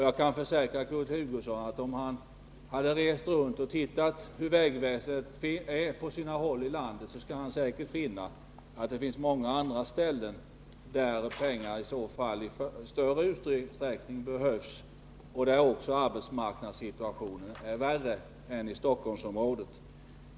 Jag kan försäkra Kurt Hugosson att om han reser runt i landet och ser hur vägväsendet är på sina håll, så skall han finna att det finns många andra ställen där pengar behövs till vägarna i stor utsträckning och där också arbetsmarknadssituationen är värre än i Stockholmsområdet.